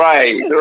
Right